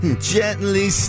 gently